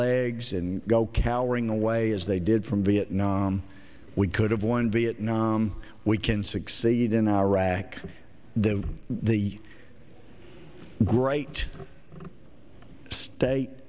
legs and go cowering away as they did from vietnam we could have won vietnam we can succeed in iraq the the great state